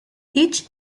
each